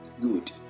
good